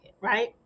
right